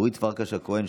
אורית פרקש הכהן,